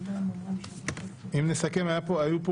אם נסכם, היה פה